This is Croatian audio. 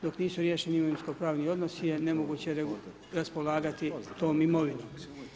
Dok nisu riješeni imovinski pravni odnosi, nemoguće je raspolagati tom imovinom.